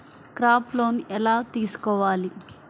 Crop loan ఎలా తీసుకోవాలి?